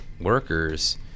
workers